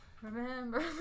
Remember